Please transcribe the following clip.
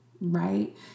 right